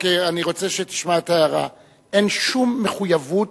אני רק רוצה שתשמע את ההערה: אין שום מחויבות